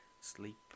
Sleep